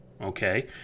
okay